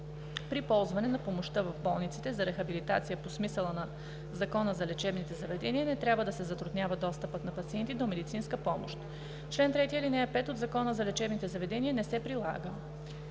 При ползване на помощта в болниците за рехабилитация по смисъла на Закона за лечебните заведения не трябва да се затруднява достъпът на пациенти до медицинска помощ. Член 3, ал. 5 от Закона за лечебните заведения не се прилага.